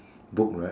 book right